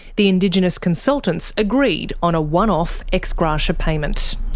the indigenous consultants agreed on a one-off ex gratia payment.